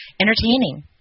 entertaining